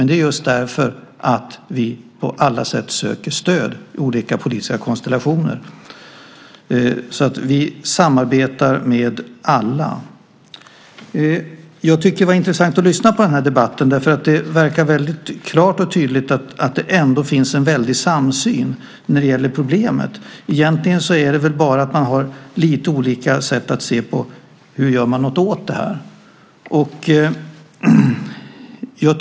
Det är just för att vi på alla sätt söker stöd i olika politiska konstellationer som vi får igenom vår politik. Vi samarbetar alltså med alla. Det har varit intressant att lyssna på debatten. Det är tydligt att det finns en väldig samsyn när det gäller problemet. Egentligen har man väl bara lite olika sätt att se på vad som ska göras för att lösa det.